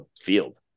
field